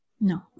no